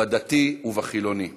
בדתי ובחילוני.